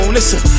Listen